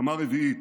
הסכמה רביעית: